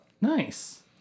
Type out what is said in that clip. nice